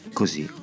così